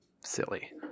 silly